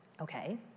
Okay